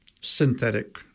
synthetic